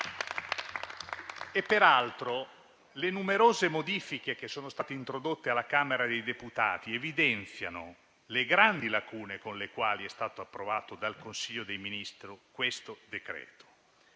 Peraltro, le numerose modifiche introdotte alla Camera dei deputati evidenziano le grandi lacune con le quali è stato approvato dal Consiglio dei ministri questo decreto.